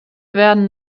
werden